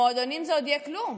במועדונים זה עוד כלום,